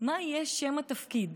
מה יהיה שם התפקיד,